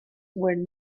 were